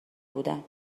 بودم